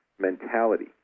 mentality